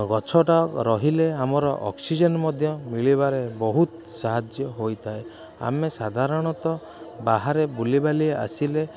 ଗଛଟା ରହିଲେ ଆମର ଅକ୍ସିଜେନ୍ ମଧ୍ୟ ମିଳିବାରେ ବହୁତ ସାହାଯ୍ୟ ହୋଇଥାଏ ଆମେ ସାଧାରଣତଃ ବାହାରେ ବୁଲିବାଲି ଆସିଲେ